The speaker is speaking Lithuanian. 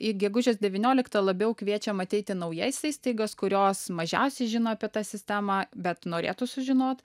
į gegužės devynioliktą labiau kviečiam ateiti naujas įstaigas kurios mažiausiai žino apie tą sistemą bet norėtų sužinot